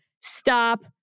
stop